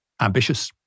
ambitious